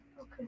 Okay